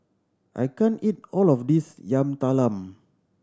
I can't eat all of this Yam Talam